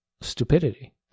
stupidity